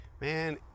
man